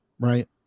right